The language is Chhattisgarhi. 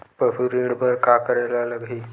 पशु ऋण बर का करे ला लगही?